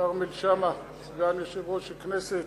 כרמל שאמה, סגן יושב-ראש הכנסת,